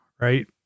right